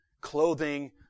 clothing